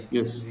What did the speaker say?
Yes